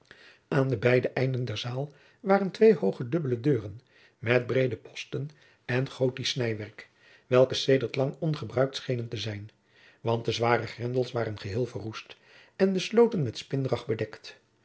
aan de beide einden der zaal waren twee hooge dubbele deuren met breede posten en gothisch snijwerk welke sedert lang ongebruikt schenen te zijn want de zware grendels waren geheel verroest en de sloten met spinrag